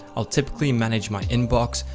i'll typically manage my inbox,